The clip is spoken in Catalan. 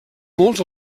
molts